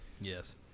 Yes